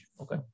okay